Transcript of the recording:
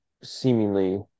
seemingly